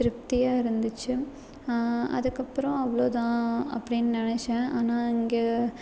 திருப்தியாக இருந்துச்சு அதுக்கப்புறம் அவ்வளோதான் அப்படின்னு நினச்சேன் ஆனால் இங்கே